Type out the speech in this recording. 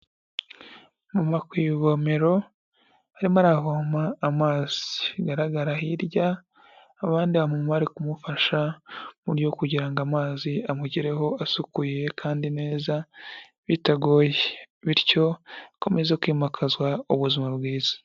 Mama ku ivomero arimo aravoma amazi bigaragara hirya abandi bamama bari kumufasha mu buryo bwo kugira ngo amazi amugereho asukuye kandi neza bitagoye, bityo hakomeze kwimakazwa ubuzima bwiza